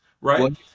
Right